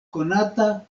konata